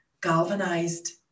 galvanized